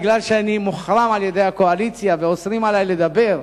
כי אני מוחרם על-ידי הקואליציה ואוסרים עלי לדבר,